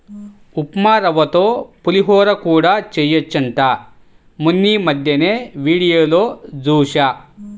ఉప్మారవ్వతో పులిహోర కూడా చెయ్యొచ్చంట మొన్నీమద్దెనే వీడియోలో జూశా